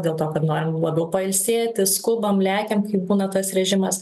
dėl to kad norim labiau pailsėti skubam lekiam kai būna tas režimas